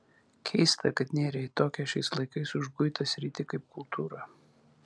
keista kad nėrei į tokią šiais laikais užguitą sritį kaip kultūra